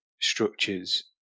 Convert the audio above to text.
structures